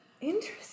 Interesting